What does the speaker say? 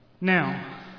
Now